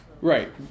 Right